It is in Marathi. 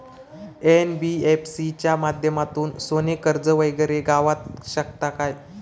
एन.बी.एफ.सी च्या माध्यमातून सोने कर्ज वगैरे गावात शकता काय?